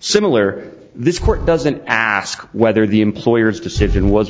similar this court doesn't ask whether the employer's decision was